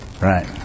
right